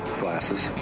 glasses